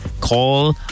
call